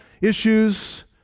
issues